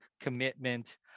commitment